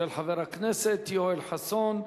של חבר הכנסת יואל חסון.